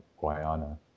Guyana